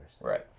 Right